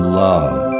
love